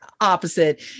opposite